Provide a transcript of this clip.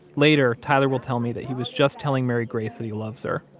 later, tyler will tell me that he was just telling mary grace that he loves her,